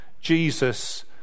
Jesus